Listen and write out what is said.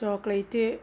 chocolate